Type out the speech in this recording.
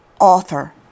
author